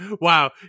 Wow